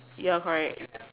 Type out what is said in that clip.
ya correct